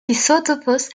isótopos